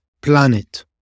Planet